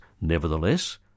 Nevertheless